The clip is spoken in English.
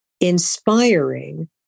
inspiring